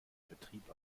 betrieb